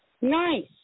Nice